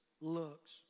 looks